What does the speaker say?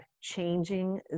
changing